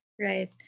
Right